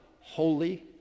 holy